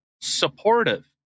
supportive